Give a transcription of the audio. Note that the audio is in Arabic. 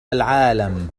العالم